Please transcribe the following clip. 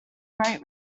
great